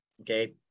okay